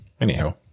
Anyhow